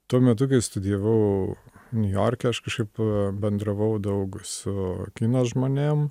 tuo metu kai studijavau niujorke aš kažkaip bendravau daug su kino žmonėm